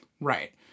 Right